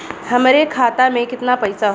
हमरे खाता में कितना पईसा हौ?